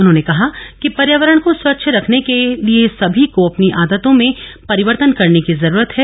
उन्होंने कहा कि पर्यावरण को स्वच्छ रखने के लिए समी को अपनी आदतों में परिवर्तन करने की जरूरत है